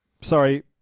sorry